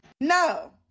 No